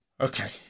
Okay